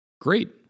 great